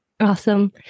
Awesome